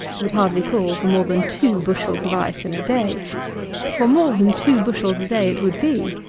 would hardly call for more than two bushels of ice in a day for more than two bushels a day it would be,